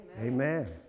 Amen